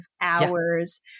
hours